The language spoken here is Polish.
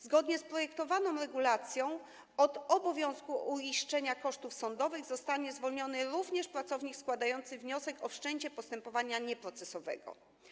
Zgodnie z projektowaną regulacją od obowiązku uiszczenia kosztów sądowych zostanie zwolniony również pracownik składający wniosek o wszczęcie postepowania nieprocesowego.